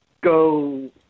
go